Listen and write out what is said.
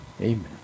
Amen